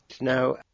Now